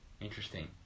interesting